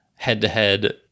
head-to-head